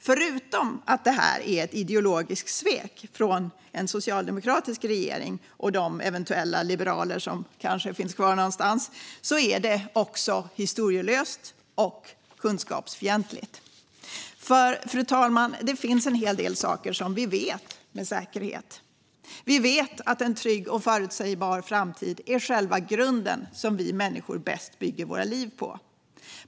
Förutom att detta är ett ideologiskt svek från en socialdemokratisk regering och de liberaler som kanske finns kvar någonstans är det också historielöst och kunskapsfientligt. Det finns nämligen, fru talman, en hel del saker som vi vet med säkerhet. Vi vet att en trygg och förutsägbar framtid är själva grunden som vi människor bäst bygger våra liv på.